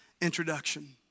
introduction